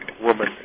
woman